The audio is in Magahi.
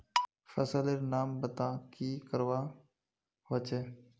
फसल लेर नाम बता की करवा होचे?